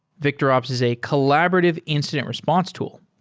victorops is a collaborative incident response tool,